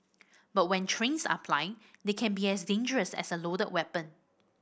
but when trains are plying they can be as dangerous as a loaded weapon